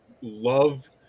love